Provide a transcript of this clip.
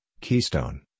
Keystone